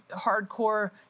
hardcore